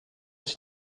sich